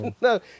No